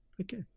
okay